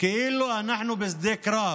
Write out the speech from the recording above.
כאילו אנחנו בשדה קרב.